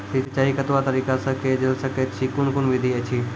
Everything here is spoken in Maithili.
सिंचाई कतवा तरीका सअ के जेल सकैत छी, कून कून विधि ऐछि?